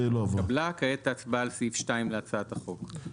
כעת ההצבעה על סעיף 2 להצעת החוק.